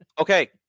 Okay